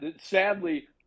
Sadly